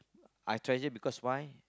I treasure because why